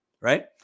right